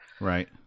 right